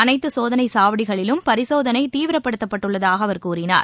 அனைத்துசோதனைசாவடிகளிலும் பரிசோதனைதீவிரப்படுத்தப்பட்டுள்ளதாகஅவர் கூறினார்